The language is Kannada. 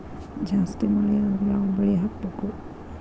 ಜಾಸ್ತಿ ಮಳಿ ಆದ್ರ ಯಾವ ಬೆಳಿ ಹಾಕಬೇಕು?